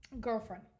Girlfriend